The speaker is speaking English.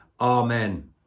Amen